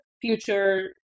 future